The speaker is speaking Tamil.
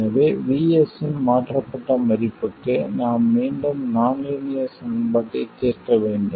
எனவே VS இன் மாற்றப்பட்ட மதிப்புக்கு நாம் மீண்டும் நான் லீனியர் சமன்பாட்டைத் தீர்க்க வேண்டும்